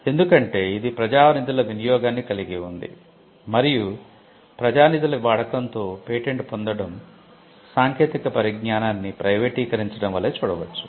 ఎందుకంటే ఇది ప్రజా నిధుల వినియోగాన్ని కలిగి ఉంది మరియు ప్రజా నిధుల వాడకంతో పేటెంట్ పొందడం సాంకేతిక పరిజ్ఞానాన్ని ప్రైవేటీకరించడం వలే చూడవచ్చు